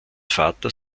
vater